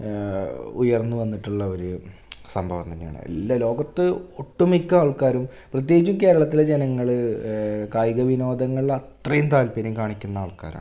ഉയര്ന്നു വന്നിട്ടുള്ള ഒരു സംഭവം തന്നെയാണ് എല്ലാ ലോകത്ത് ഒട്ടു മിക്ക ആള്ക്കാരും പ്രത്യേകിച്ച് കേരളത്തിലെ ജനങ്ങൾ കായികവിനോദങ്ങളിലത്രയും താത്പര്യം കാണിക്കുന്ന ആള്ക്കാരാണ്